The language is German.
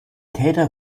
täter